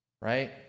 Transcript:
right